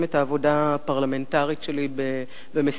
את העבודה הפרלמנטרית שלי במסירות,